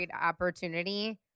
opportunity